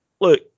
look